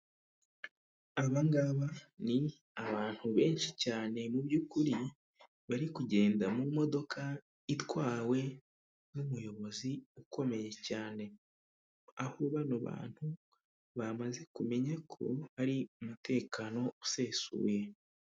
Aba ngaba ni abantu benshi cyane mu by'ukuri bari kugenda mu modoka itwawe n'umuyobozi ukomeye cyane, aho bano bantu bamaze kumenya ko hari umutekano usesuye.